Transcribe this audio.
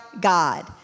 God